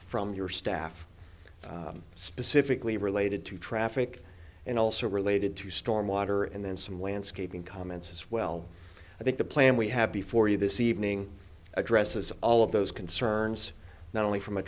from your staff specifically related to traffic and also related to storm water and then some landscaping comments as well i think the plan we have before you this evening addresses all of those concerns not only from a